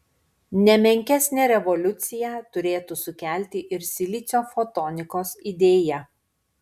ne menkesnę revoliuciją turėtų sukelti ir silicio fotonikos idėja